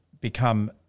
become